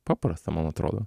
paprasta man atrodo